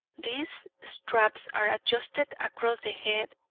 these straps are adjusted across the head,